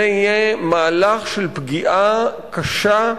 זה יהיה מהלך של פגיעה קשה,